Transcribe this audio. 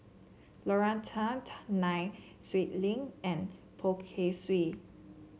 Lorna Tan Nai Swee Leng and Poh Kay Swee